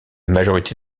majorité